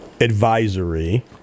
advisory